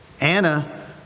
Anna